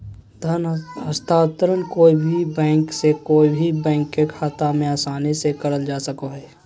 धन हस्तान्त्रंण कोय भी बैंक से कोय भी बैंक के खाता मे आसानी से करल जा सको हय